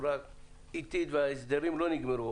איטית, וההסדרים לא נגמרו.